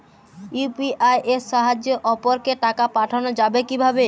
UPI এর সাহায্যে অপরকে টাকা পাঠানো যাবে কিভাবে?